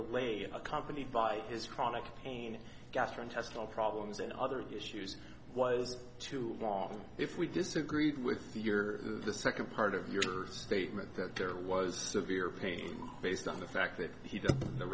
lady accompanied by his chronic pain gastrointestinal problems and other issues was too long if we disagreed with your the second part of your statement that there was severe pain based on the fact that he did the